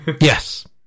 yes